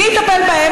מי יטפל בהם?